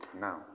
now